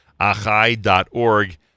Achai.org